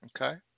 Okay